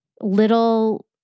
little